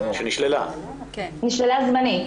נשללה זמנית.